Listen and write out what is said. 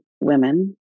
women